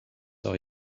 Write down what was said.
are